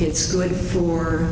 it's good for